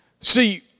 See